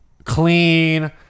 Clean